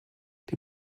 die